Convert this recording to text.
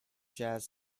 jazz